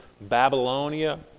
Babylonia